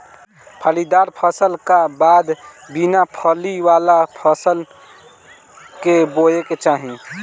फलीदार फसल का बाद बिना फली वाला फसल के बोए के चाही